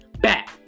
back